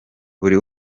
buri